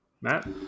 Matt